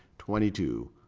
twenty two,